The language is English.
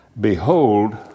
Behold